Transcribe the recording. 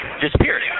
disappeared